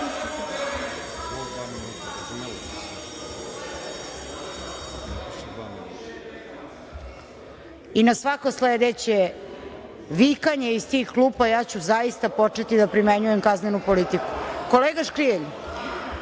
i na svako sledeće vikanje iz tih klupa ja ću zaista početi da primenjujem kaznenu politiku. Kolega Škrijelj,